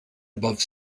above